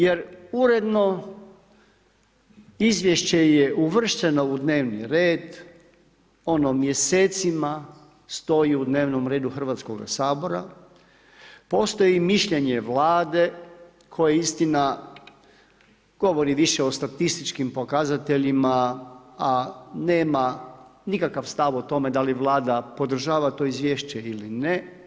Jer uredno izvješće je uvršteno u dnevni red, ono mjesecima stoji u dnevnom redu Hrvatskoga sabora, postoji mišljenje Vlade, koja istina govori više o statističkim pokazateljima, a nema nikakav stav o tome dali Vlada podržava to izvješće ili ne.